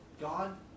God